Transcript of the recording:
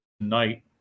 tonight